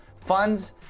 funds